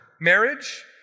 Marriage